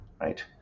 right